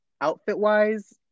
outfit-wise